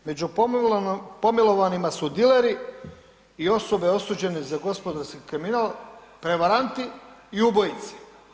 Među pomilovanim su dileri i osobe osuđene za gospodarski kriminal, prevaranti i ubojice.